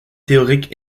théorique